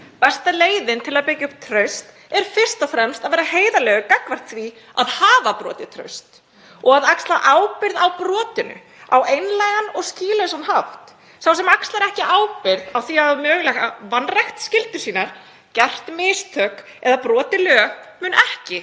Besta leiðin til að byggja upp traust er fyrst og fremst að vera heiðarlegur gagnvart því að hafa brotið traust og að axla ábyrgð á brotinu á einlægan og skýlausan hátt. Sá sem axlar ekki ábyrgð á því að hafa mögulega vanrækt skyldur sínar, gert mistök eða brotið lög mun ekki